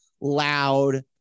loud